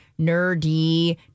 nerdy